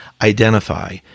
identify